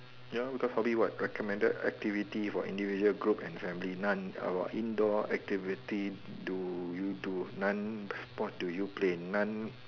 ya cuz hobby what recommended activity for individual group and family none about indoor activity do you do none sport do you play none